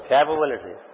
Capability